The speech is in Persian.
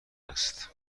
است